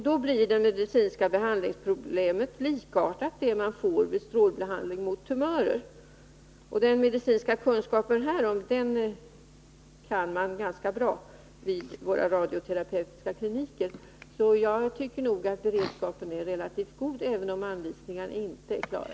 Då blir det medicinska behandlingsproblemet likartat det man får vid strålbehandling av tumörer. Den medicinska kunskapen härom är väl tillgodosedd vid våra radioterapeutiska kliniker. Jag tycker nog att beredskapen är relativt god även om anvisningarna inte är klara.